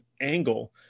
angle